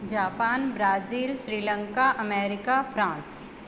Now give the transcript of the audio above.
Japan Brazil Sri Lanka America France